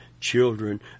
children